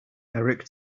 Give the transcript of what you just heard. eric